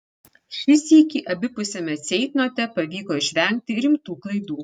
šį sykį abipusiame ceitnote pavyko išvengti rimtų klaidų